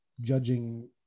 judging